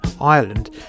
Ireland